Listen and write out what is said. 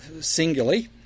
singly